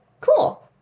Cool